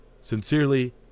Sincerely